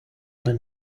when